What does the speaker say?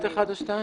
תודה.